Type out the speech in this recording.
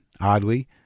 oddly